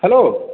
hello